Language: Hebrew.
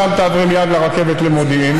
שם תעברי מייד לרכבת למודיעין.